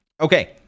Okay